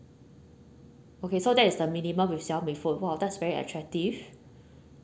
okay so that is the minimum with xiaomi phone !wah! that's very attractive